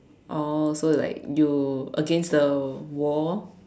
oh so like you against the wall